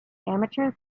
amateur